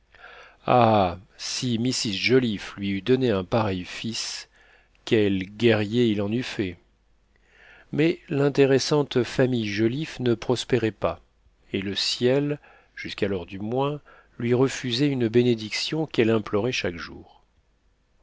ah si mrs joliffe lui eût donné un pareil fils quel guerrier il en eût fait mais l'intéressante famille joliffe ne prospérait pas et le ciel jusqu'alors du moins lui refusait une bénédiction qu'elle implorait chaque jour